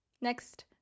next